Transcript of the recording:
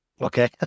Okay